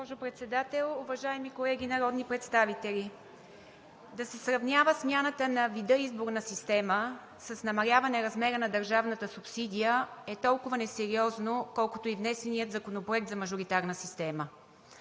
госпожо Председател, уважаеми колеги народни представители! Да се сравнява смяната на вида изборна система с намаляване размера на държавната субсидия е толкова несериозно, колкото и внесеният Законопроект за мажоритарна система.